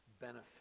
benefit